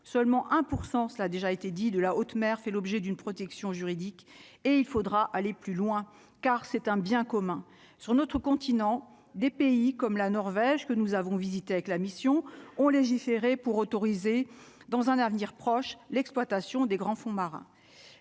seulement 1 % cela a déjà été dit de la haute mer, fait l'objet d'une protection juridique et il faudra aller plus loin car c'est un bien commun sur notre continent, des pays comme la Norvège que nous avons visité avec la mission ont légiféré pour autoriser dans un avenir proche, l'exploitation des grands fonds marins